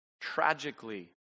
Tragically